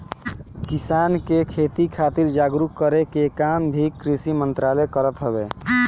किसान के खेती खातिर जागरूक करे के काम भी कृषि मंत्रालय करत हवे